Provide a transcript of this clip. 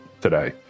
today